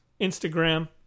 Instagram